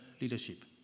leadership